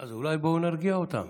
אז אולי בואו נרגיע אותם.